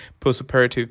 postoperative